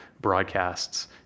broadcasts